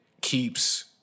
keeps